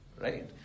right